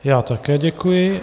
Já také děkuji.